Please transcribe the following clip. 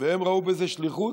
והם ראו בזה שליחות,